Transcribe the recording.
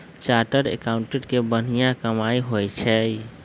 chartered accountant के बनिहा कमाई होई छई